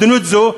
מדיניות זו,